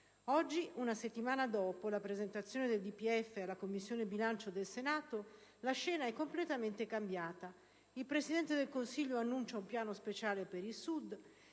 Oggi, una settimana dopo la presentazione del DPEF presso la Commissione bilancio del Senato, la scena è completamente cambiata. Il Presidente del Consiglio annuncia un piano speciale per il Sud: